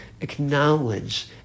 acknowledge